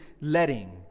letting